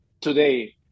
today